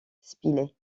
spilett